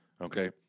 Okay